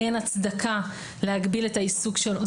אין הצדקה להגביל את העיסוק שלו.